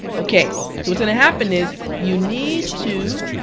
okay so what's gonna happen is you need to